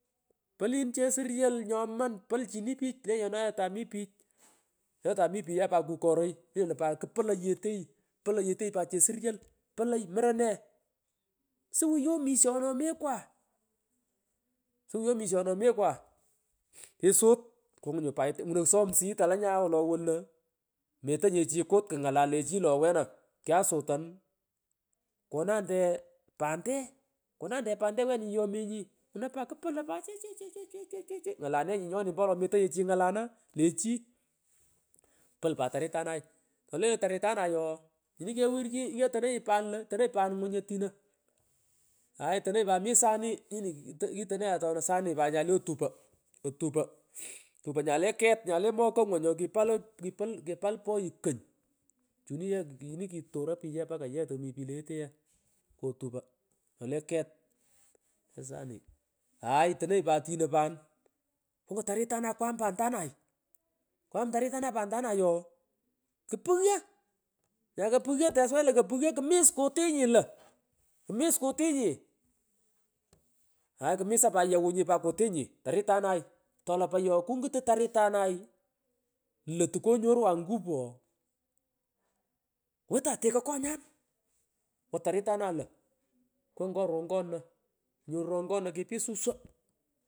Polin chesuryol nyoman polchini pich lenyeno ye tami pich ye pat kukoroy kpolo yeteyi kpolo yeteyi suwuyi omishonu omekwa suwuyi omishonu omekwa mmh kisut kunguri nyuu pat yeteyi ngunoy ksomsuyi tele nyae koolo wono metonye chi kuut kngalan lechi lo wena kyasutari konande ee pande konande pande wena nyuyomenyi ntopat kpoloy chi chi chi ngalanenyi nyoni ombo wolo nyechi ngalana le chi tounyi tartanay ooh tini ketano tini kewirech tanonyi pari ngwun lo otino nywun otino hay itononyimi sani. Pat pan kungun taritanay kwam pantanay kwam taritanay pantanay ooh kpuywo inyakopughyo kmis kutinyi lo kuporu kmis kutinyi mmh aay kumisa pat gheghunyi pat kutinyi taritanay itolapay ooh kung’ata taritanay lo tuko nyorwan ngupu ooh wetan tekoy konyan wo ngorongonino ooh kipit suswo.